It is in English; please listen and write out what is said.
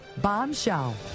Bombshell